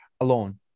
alone